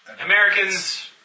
Americans